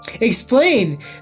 Explain